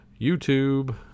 youtube